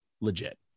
legit